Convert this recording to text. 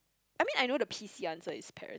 I mean I know the p_c answer is parent